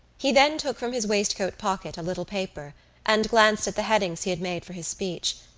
he then took from his waistcoat pocket a little paper and glanced at the headings he had made for his speech.